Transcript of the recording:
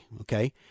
okay